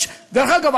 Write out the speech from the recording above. דרך אגב,